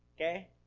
Okay